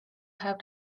have